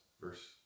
verse